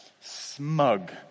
smug